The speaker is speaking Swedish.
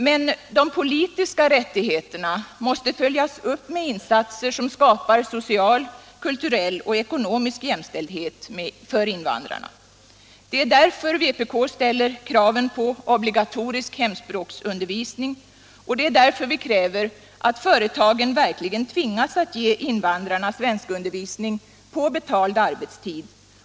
Men de politiska rättigheterna måste följas upp med insatser som skapar social, kulturell och ekonomisk jämställdhet för invandrarna. Det är därför vpk ställer kraven på obligatorisk hemspråksundervisning, och det är därför vi kräver att företagen verkligen tvingas att ge invandrarna svenskundervisning på betald arbetstid.